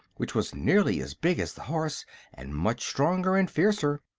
which was nearly as big as the horse and much stronger and fiercer.